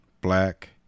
black